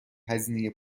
هزینه